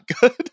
good